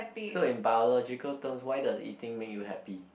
so in biological terms why does eating make you happy